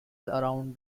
around